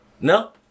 No